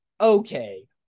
Okay